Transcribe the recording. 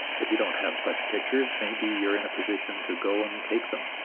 if you don't have such pictures maybe you're in a position to go and take them.